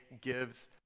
gives